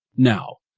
now,